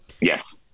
Yes